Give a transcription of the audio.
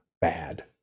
bad